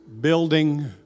Building